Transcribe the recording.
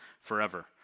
forever